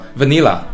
vanilla